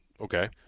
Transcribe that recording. okay